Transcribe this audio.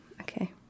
Okay